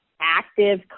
active